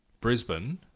Brisbane